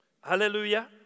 Hallelujah